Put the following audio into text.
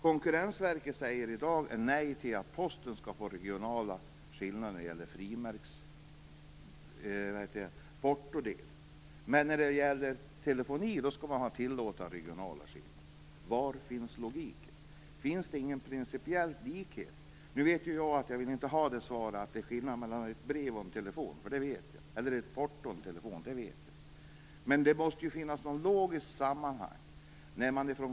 Konkurrensverket säger i dag nej till att Posten skall få ha regionala skillnader i fråga om porto. Men inom telefoni tillåter man regionala skillnader. Var finns logiken? Finns det ingen principiell likhet? Jag vill inte ha det svaret att det är skillnad mellan ett brev och en telefon, för det vet jag. Men det måste finnas något logiskt sammanhang.